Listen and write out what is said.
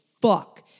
fuck